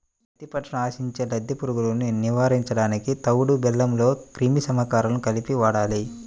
పత్తి పంటను ఆశించే లద్దె పురుగులను నివారించడానికి తవుడు బెల్లంలో క్రిమి సంహారకాలను కలిపి వాడాలి